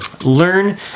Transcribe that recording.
learn